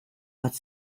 bat